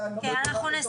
אתה לא צריך,